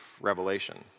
Revelation